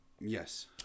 Yes